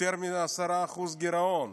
יותר מ-10% גירעון,